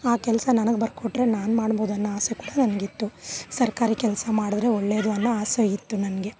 ಆ ಕೆಲಸ ನನಗೆ ಬರ್ಕೊಟ್ರೆ ನಾನು ಮಾಡ್ಬೋದು ಅನ್ನೋ ಆಸೆ ಕೂಡ ನನಗಿತ್ತು ಸರ್ಕಾರಿ ಕೆಲಸ ಮಾಡಿದ್ರೆ ಒಳ್ಳೇದು ಅನ್ನೋ ಆಸೆ ಇತ್ತು ನನಗೆ